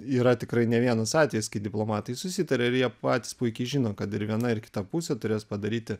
yra tikrai ne vienas atvejis kai diplomatai susitarė ir jie patys puikiai žino kad ir viena ir kita pusė turės padaryti